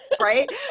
right